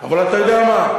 אבל, אתה יודע מה?